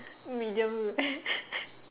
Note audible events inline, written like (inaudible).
medium rare (laughs)